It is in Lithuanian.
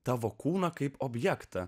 tavo kūną kaip objektą